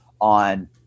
on